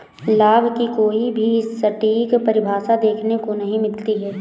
लाभ की कोई भी सटीक परिभाषा देखने को नहीं मिलती है